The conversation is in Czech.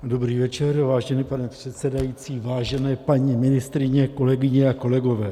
Dobrý večer, vážený pane předsedající, vážené paní ministryně, kolegyně a kolegové.